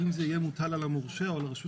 האם זה יהיה מוטל על המורשה או על רשות